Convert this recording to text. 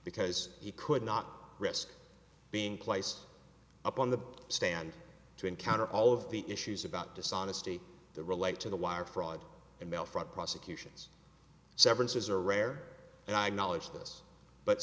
because he could not risk being placed up on the stand to encounter all of the issues about dishonesty the relate to the wire fraud and mail fraud prosecutions severances are rare and i acknowledge this but